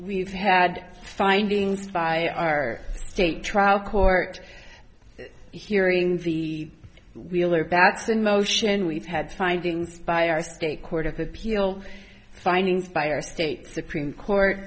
had findings by our state trial court hearing the wheeler backs in motion we've had findings by our state court of appeal findings by our state supreme court